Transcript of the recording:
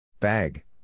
Bag